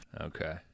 Okay